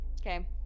Okay